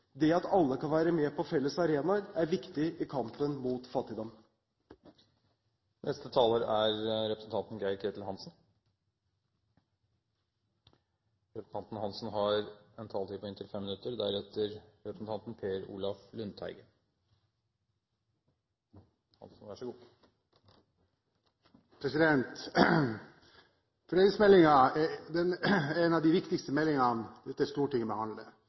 Det at alle kan være med på felles arenaer, er viktig i kampen mot fattigdom. Fordelingsmeldingen er en av de viktigste meldingene dette stortinget behandler.